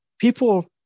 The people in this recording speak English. people